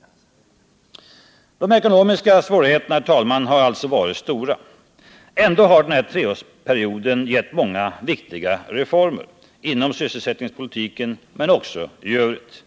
Herr talman! De ekonomiska svårigheterna har alltså varit stora. Ändå har den här treårsperioden gett många viktiga reformer, inom sysselsättningspolitiken men också för övrigt.